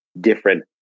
different